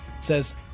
says